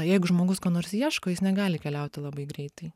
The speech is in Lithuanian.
jeigu žmogus ko nors ieško jis negali keliauti labai greitai